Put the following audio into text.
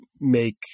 make